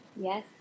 Yes